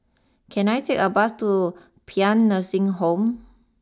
can I take a bus to Paean Nursing Home